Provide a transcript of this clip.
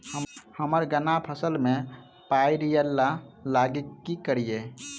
हम्मर गन्ना फसल मे पायरिल्ला लागि की करियै?